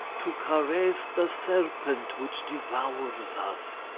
to caress the serpent which devours us,